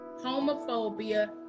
homophobia